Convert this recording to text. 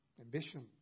ambition